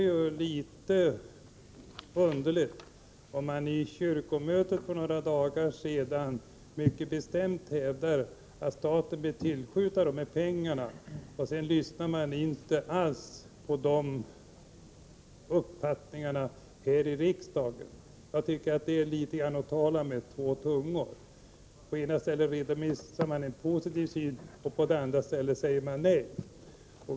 Om det i kyrkomötet för kort tid sedan mycket bestämt hävdats att dessa pengar bör tillskjutas och man sedan här i riksdagen inte alls lyssnar till de uppfattningarna, tycker jag att det litet grand är att tala med två tungor. På ena stället redovisar man en positiv syn, och på det andra säger man nej.